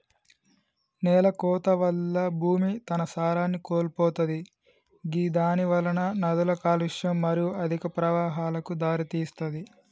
నేలకోత వల్ల భూమి తన సారాన్ని కోల్పోతది గిదానివలన నదుల కాలుష్యం మరియు అధిక ప్రవాహాలకు దారితీస్తది